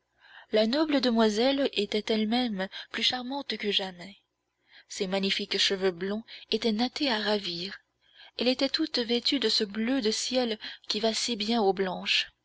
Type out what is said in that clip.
la noble damoiselle était elle-même plus charmante que jamais ses magnifiques cheveux blonds étaient nattés à ravir elle était toute vêtue de ce bleu de ciel qui va si bien aux blanches